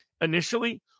initially